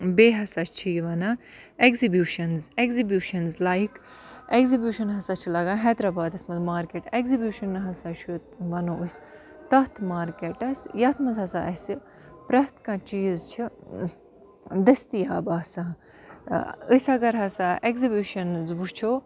بیٚیہِ ہَسا چھِ یہِ وَنان اٮ۪گزِبوشَنٕز اٮ۪گزِبوشَنٕز لایِک اٮ۪گزِبوشَن ہَسا چھِ لَگان حیدرآبادَس منٛز مارکٮ۪ٹ اٮ۪گزِبوشَن ہَسا چھُ وَنو أسۍ تَتھ مارکٮ۪ٹَس یَتھ منٛز ہَسا اَسہِ پرٛٮ۪تھ کانٛہہ چیٖز چھِ دٔستِیاب آسان أسۍ اَگَر ہَسا اٮ۪کزِبوشَنٕز وٕچھو